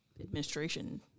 administration